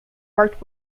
worked